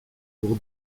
pour